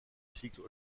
cycle